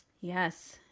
Yes